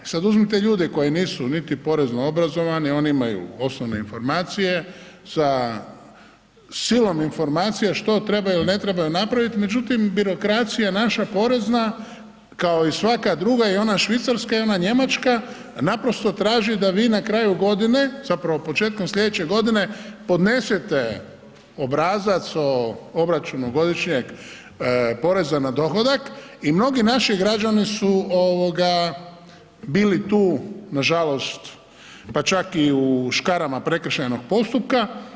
E sad uzmite ljude koji nisu niti porezno obrazovani, oni imaju osnovne informacije sa silom informacija što trebaju ili ne trebaju napraviti međutim birokracija naša porezna kao i svaka druga i ona švicarska i ona njemačka naprosto traži da vi na kraju godine, zapravo početkom sljedeće godine podnesete obrazac o obračunu godišnjeg poreza na dohodak i mnogi naši građani su bili tu nažalost pa čak i u škarama prekršajnog postupka.